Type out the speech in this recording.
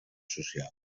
social